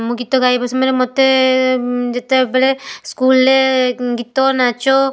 ମୁଁ ଗୀତ ଗାଇବା ସମୟରେ ମୋତେ ଯେତେବେଳେ ସ୍କୁଲରେ ଗୀତ ନାଚ